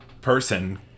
person